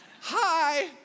Hi